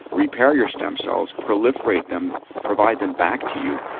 repair your stem cells, proliferate them, provide them back to you,